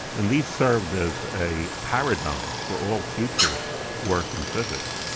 and these served as a paradigm for all future work in physics.